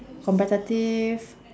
competitive